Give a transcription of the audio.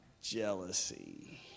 jealousy